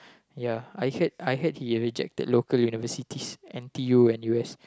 ya I heard I heard he rejected local universities n_t_u n_u_s